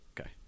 Okay